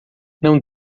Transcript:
não